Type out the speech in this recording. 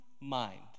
mind